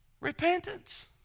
Repentance